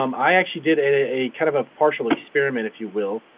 um i actually did a kind of a partial experiment, if you will,